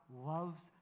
loves